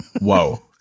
Whoa